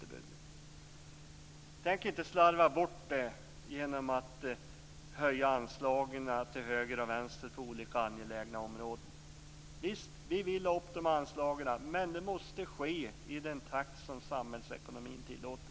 Vi tänker inte slarva bort det genom att höja anslagen till höger och vänster för olika angelägna områden. Visst, vi vill att anslagen skall öka, men det måste ske i den takt som samhällsekonomin tillåter.